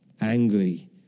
angry